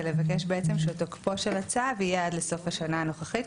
ולבקש בעצם שתוקפו של הצו יהיה עד לסוף השנה הנוכחית,